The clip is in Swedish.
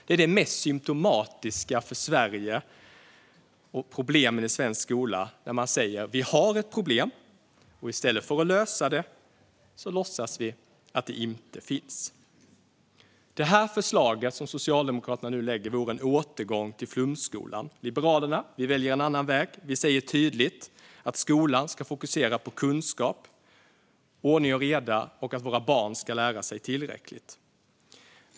Det är det mest symtomatiska för Sverige och problemen i svensk skola. Vi har ett problem. I stället för att lösa det låtsas vi att det inte finns. Det förslag som Socialdemokraterna nu lägger fram vore en återgång till flumskolan. Liberalerna väljer en annan väg. Vi säger tydligt att skolan ska fokusera på kunskap, ordning och reda och att våra barn ska lära sig tillräckligt.